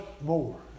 more